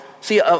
See